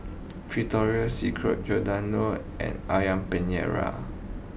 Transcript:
Victoria Secret Giordano and Ayam Penyet Ria